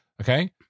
okay